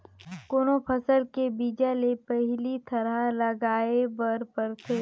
कोनो फसल के बीजा ले पहिली थरहा लगाए बर परथे